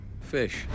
fish